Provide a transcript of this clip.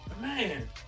Man